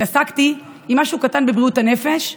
התעסקתי עם משהו קטן בבריאות הנפש,